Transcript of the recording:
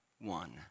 one